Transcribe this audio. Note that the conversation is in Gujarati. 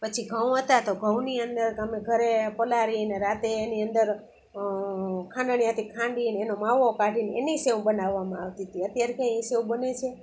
પછી ઘઉં હતા તો ઘઉંની અંદર તો અમે પલાળીને રાત્રે એની અંદર ખાંડણીયાથી ખાંડીને એનો માવો કાઢીને એની સેવ બનાવવામાં આવતી તી અત્યારે ક્યાં એ સેવ બને છે